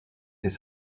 dès